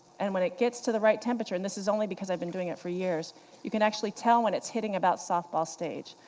and when it gets to the right temperature and this is only because i've been doing it for years you can actually tell when it's hitting about soft ball stage.